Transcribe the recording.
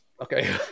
Okay